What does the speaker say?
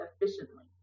efficiently